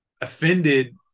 offended